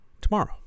tomorrow